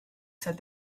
said